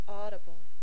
audible